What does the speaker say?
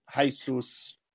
Jesus